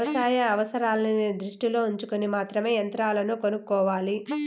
వ్యవసాయ అవసరాన్ని దృష్టిలో ఉంచుకొని మాత్రమే యంత్రాలను కొనుక్కోవాలి